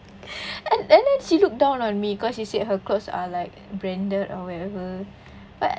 and then she look down on me cause she said her clothes are like branded or whatever but